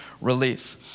relief